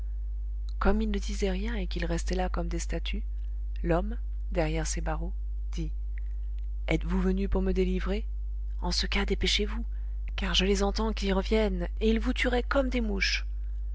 comme ils ne disaient rien et qu'ils restaient là comme des statues l'homme derrière ses barreaux dit etes-vous venus pour me délivrer en ce cas dépêchez-vous car je les entends qui reviennent et ils vous tueraient comme des mouches